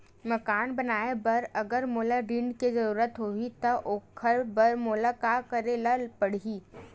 मकान बनाये बर अगर मोला ऋण के जरूरत होही त ओखर बर मोला का करे ल पड़हि?